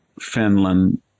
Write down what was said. Finland